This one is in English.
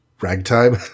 Ragtime